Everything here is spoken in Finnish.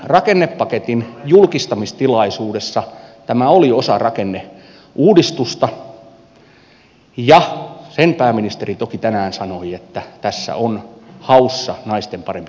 rakennepaketin julkistamistilaisuudessa tämä oli osa rakenneuudistusta ja sen pääministeri toki tänään sanoi että tässä on haussa naisten parempi työmarkkinoille pääsy